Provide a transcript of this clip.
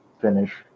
finish